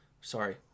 Sorry